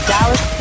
Dallas